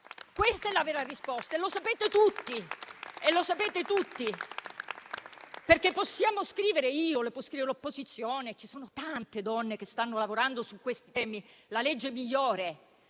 Questa è la vera risposta e lo sapete tutti. Possiamo anche scrivere - lo posso fare io o l'opposizione, ci sono tante donne che stanno lavorando su questi temi - la legge migliore;